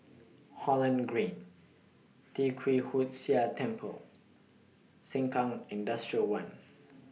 Holland Green Tee Kwee Hood Sia Temple Sengkang Industrial one